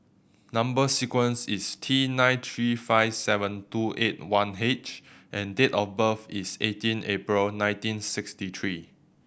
number sequence is T nine three five seven two eight one H and date of birth is eighteen April nineteen sixty three